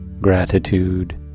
gratitude